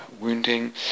Wounding